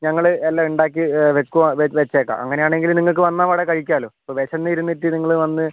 ഞങ്ങൾ എല്ലം ഉണ്ടാക്കി വെക്കുവ വെച്ചേക്കാം അങ്ങനെ ആണെങ്കിൽ നിങ്ങൾക്ക് വന്നപാടെ കഴിക്കാമല്ലോ ഇപ്പം വിശന്ന് ഇരിന്നിട്ട് നിങ്ങൾ വന്ന്